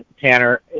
Tanner